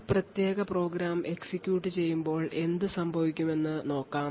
ഈ പ്രത്യേക program execute ചെയ്യുമ്പോൾ എന്ത് സംഭവിക്കുമെന്ന് നോക്കാം